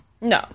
No